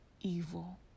evil